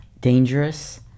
Dangerous